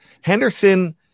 Henderson